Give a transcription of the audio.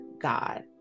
God